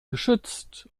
geschützt